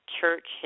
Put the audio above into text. Church